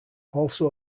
also